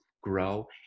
grow